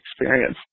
experience